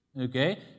Okay